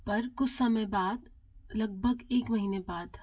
पर कुछ समय बाद लगभग एक महीने बाद